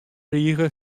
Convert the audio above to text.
rige